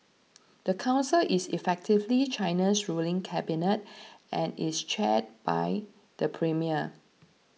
the council is effectively China's ruling cabinet and is chaired by the premier